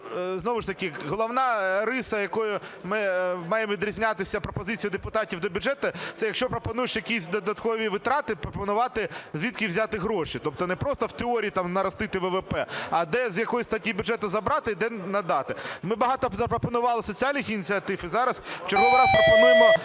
знову ж таки головна риса, якою ми маємо відрізнятися, пропозиції депутатів до бюджету – це якщо пропонуєш якісь додаткові витрати, пропонувати, звідки взяти гроші. Тобто не просто в теорії наростити ВВП, а де, з якої статті бюджету забрати і де надати. Ми багато запропонували соціальних ініціатив і зараз в черговий раз пропонуємо